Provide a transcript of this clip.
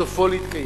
סופו להתקיים.